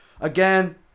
Again